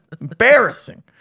Embarrassing